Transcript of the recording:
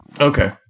Okay